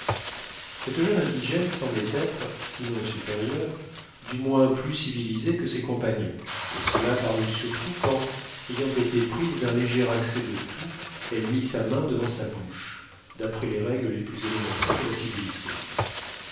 cette jeune indigène semblait être sinon supérieure du moins plus civilisée que ses compagnons et cela parut surtout quand ayant été prise d'un léger accès de toux elle mit sa main devant sa bouche d'après les règles les plus élémentaires de la civilité